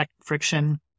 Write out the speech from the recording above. friction